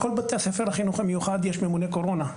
לכל בתי הספר בחינוך המיוחד יש ממונה קורונה.